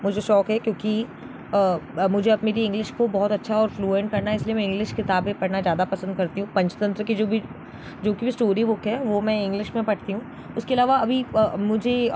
मुझे शौक है क्योंकि मुझे अब मेरी इंग्लिश को बहुत अच्छा और फ्लूएंट करना है इसलिए मैं इंग्लिश किताबें पढ़ना ज़्यादा पसंद करती हूँ पंचतंत्र की जो भी जो की स्टोरी बुक है वो मैं इंग्लिश में पढ़ती हूँ उसके अलावा अभी मुझे